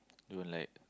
don't like